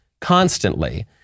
constantly